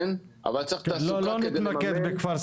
אבל צריך תעסוקה כדי לממן את בתי הספר וכדומה.